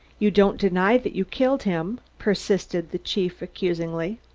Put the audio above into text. you don't deny that you killed him? persisted the chief accusingly.